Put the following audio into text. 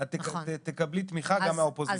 את תקבלי תמיכה גם מהאופוזיציה.